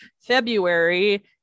February